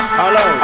hello